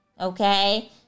Okay